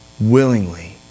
willingly